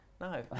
No